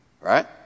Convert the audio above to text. right